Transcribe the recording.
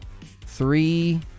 Three